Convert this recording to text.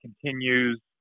continues